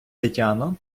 тетяно